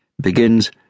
BEGINS